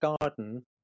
garden